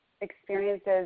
experiences